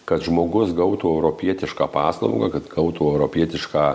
kad žmogus gautų europietišką paslaugą kad gautų europietišką